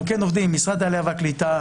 אנחנו כן עובדים עם משרד העלייה והקליטה,